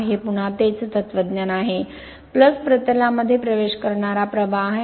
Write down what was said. हे पुन्हा तेच तत्त्वज्ञान आहे प्रतलमध्ये प्रवेश करणारा प्रवाह आहे